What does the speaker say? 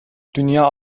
dünya